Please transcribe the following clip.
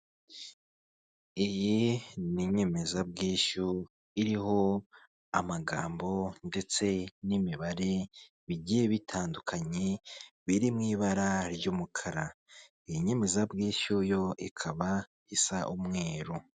Iyi ni inyemezabwishyu iriho amagambo ndetse n'imibare bigiye bitandukanye biri mu ibara ry'umukara, iyi nyemezabwishyu yo ikaba isa umweru.